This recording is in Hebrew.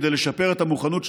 כדי לשפר את המוכנות של